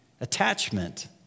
attachment